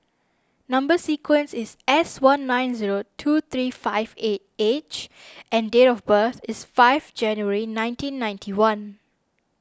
Number Sequence is S one nine zero two three five eight H and date of birth is five January nineteen ninety one